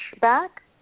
Back